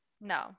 No